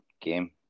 game